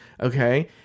Okay